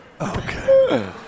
Okay